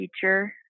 teacher